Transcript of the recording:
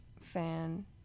fan